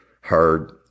heard